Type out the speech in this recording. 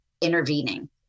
intervening